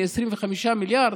מ-25 מיליארד,